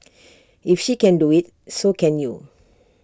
if she can do IT so can you